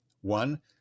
One